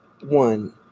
one